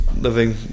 living